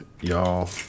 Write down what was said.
Y'all